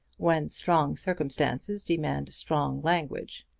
when strong circumstances demand strong language.